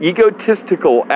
Egotistical